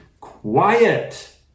quiet